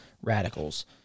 radicals